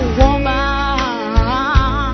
woman